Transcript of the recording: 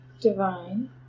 divine